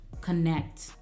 connect